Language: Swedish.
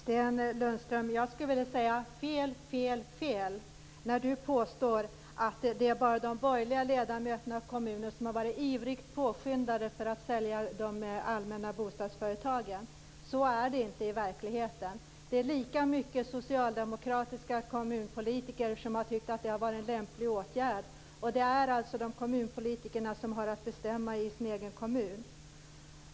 Herr talman! Jag skulle vilja säga fel, fel, fel, när Sten Lundström påstår att det bara är de borgerliga kommunerna som har varit ivriga påskyndare för att sälja de allmänna bostadsföretagen. Så är det inte i verkligheten. Det är lika många socialdemokratiska kommunpolitiker som har tyckt att det har varit en lämplig åtgärd. Och det är kommunpolitikerna som har att bestämma i sin egen kommun.